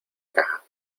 caja